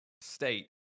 state